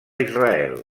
israel